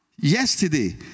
Yesterday